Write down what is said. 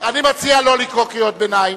אני מציע לא לקרוא קריאות ביניים.